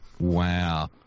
Wow